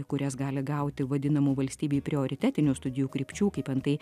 kurias gali gauti vadinamų valstybei prioritetinių studijų krypčių kaip antai